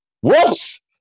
whoops